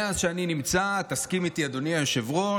מאז שאני נמצא תסכים איתי, אדוני היושב-ראש,